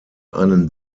einen